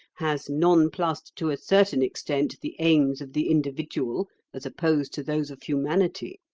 has nonplussed to a certain extent the aims of the individual as opposed to those of humanity.